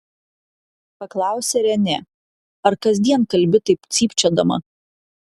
paklausė renė ar kasdien kalbi taip cypčiodama